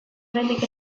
oraindik